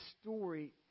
story